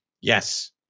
Yes